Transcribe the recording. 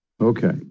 Okay